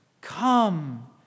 come